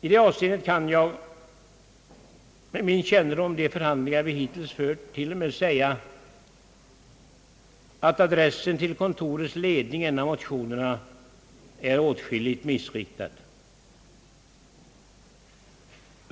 I det avseendet kan jag med min kännedom om de förhandlingar vi hittills har fört till och med säga att adressen till kontorets ledning i en av motionerna är åtskilligt missriktad.